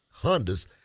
Hondas